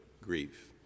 grief